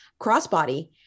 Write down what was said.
crossbody